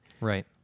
Right